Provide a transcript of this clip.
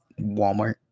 Walmart